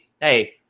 hey